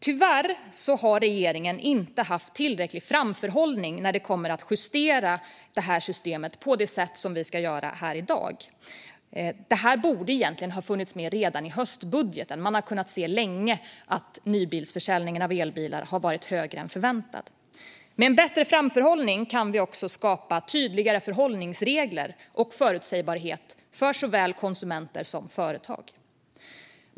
Tyvärr har regeringen inte haft tillräcklig framförhållning när det gäller att justera detta system på det sätt vi ska göra här i dag. Detta borde ha funnits med redan i höstbudgeten, för man har länge kunnat se att nybilsförsäljningen av elbilar har varit högre än förväntat. Med en bättre framförhållning kan vi också skapa tydligare förhållningsregler och förutsägbarhet för såväl konsumenter som företag.